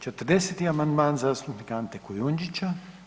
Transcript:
40. amandman zastupnika Ante Kujundžića.